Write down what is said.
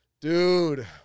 Dude